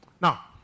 Now